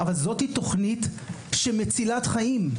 אבל זו תוכנית מצילת חיים.